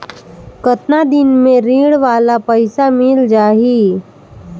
कतना दिन मे ऋण वाला पइसा मिल जाहि?